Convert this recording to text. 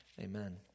Amen